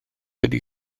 ydy